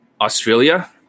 Australia